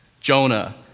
Jonah